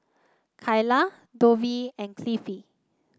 Kylah Dovie and Cliffie